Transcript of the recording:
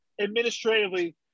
administratively